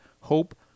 hope